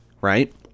right